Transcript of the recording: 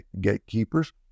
gatekeepers